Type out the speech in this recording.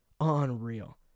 Unreal